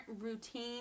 routine